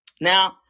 Now